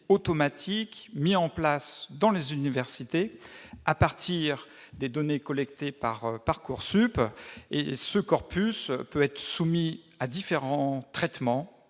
automatiques mis en place dans les universités à partir des données collectées par Parcoursup. Ce corpus peut être soumis à différents traitements